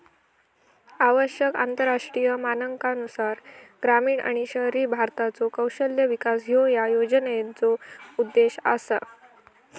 आवश्यक आंतरराष्ट्रीय मानकांनुसार ग्रामीण आणि शहरी भारताचो कौशल्य विकास ह्यो या योजनेचो उद्देश असा